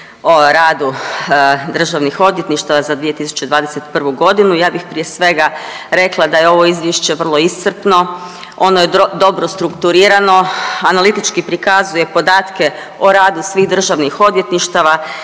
o radu državnih odvjetništava za 2021. g. Ja bih prije svega rekla da je ovo Izvješće vrlo iscrpno, ono je dobro strukturirano, analitički prikazuje podatke o radu svih državnih odvjetništava,